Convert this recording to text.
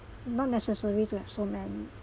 not necessary to have so many